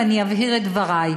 ואני אבהיר את דברי.